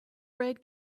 red